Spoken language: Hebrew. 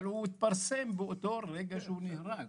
אבל הוא התפרסם באותו רגע שהוא נהרג.